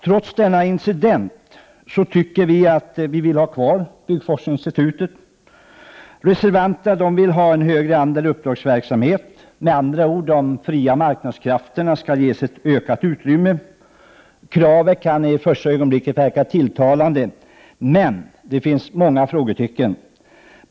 Trots denna incident anser vi att vi vill ha kvar byggforskningsinstitutet. Reservanterna vill ha en högre andel uppdragsverksamhet. De vill med andra ord att de fria marknadskrafterna skall ges ökat utrymme. Kravet kan i första ögonblicket verka tilltalande, men det finns många frågetecken.